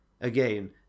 again